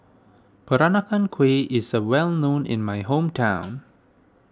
Peranakan Kueh is well known in my hometown